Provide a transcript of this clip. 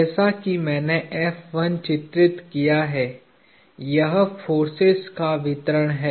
जैसा कि मैंने चित्रित किया है यह फोर्सेज का वितरण है